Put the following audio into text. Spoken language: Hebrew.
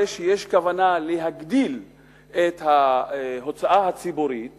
זה שיש כוונה להגדיל את ההוצאה הציבורית